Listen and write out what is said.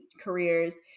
careers